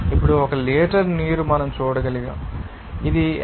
ఇప్పుడు 1 లీటరు నీరు మనం చూడగలం ఇది 55